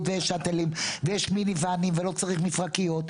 ויש שאטלים ויש מיניוואנים ולא צריך מפרקיות.